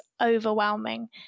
overwhelming